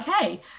okay